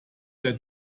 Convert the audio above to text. der